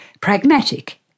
pragmatic